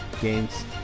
games